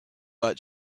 like